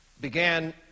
began